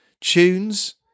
tunes